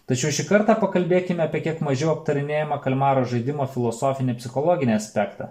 tačiau šį kartą pakalbėkim apie kiek mažiau aptarinėjamą kalmaro žaidimo filosofinį psichologinį aspektą